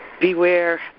beware